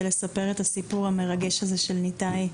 לספר לנו את הסיפור המרגש הזה של ניתאי.